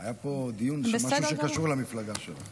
היה פה דיון על משהו שקשור למפלגה שלך.